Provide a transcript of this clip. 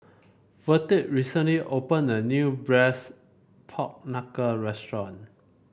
Verdie recently opened a new braise Pork Knuckle restaurant